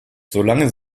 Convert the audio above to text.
solange